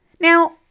Now